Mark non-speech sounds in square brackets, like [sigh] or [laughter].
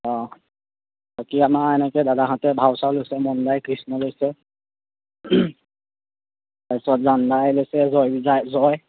অঁ বাকী আমাৰ এনেকৈ দাদাহঁতে ভাও ছাও লৈছে মোন দাই কৃষ্ণ লৈছে তাৰ পাছত জান দাই লৈছে জয় [unintelligible] জয়